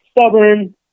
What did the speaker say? stubborn